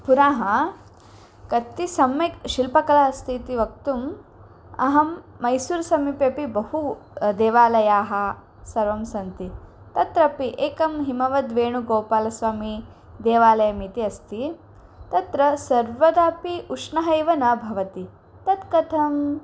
पुनः कति सम्यक् शिल्पकला अस्ति इति वक्तुम् अहं मैसूरुसमीपे अपि बहु देवालयाः सर्वं सन्ति तत्रापि एकं हिमवद्वेणुगोपालस्वामी देवालयः इति अस्ति तत्र सर्वदापि उष्णः एव न भवति तत् कथम्